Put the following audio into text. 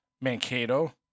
Mankato